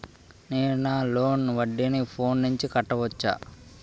నేను నా లోన్ వడ్డీని ఫోన్ నుంచి కట్టవచ్చా?